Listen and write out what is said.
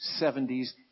70s